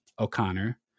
O'Connor